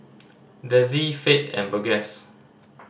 Dezzie Fate and Burgess